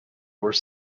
were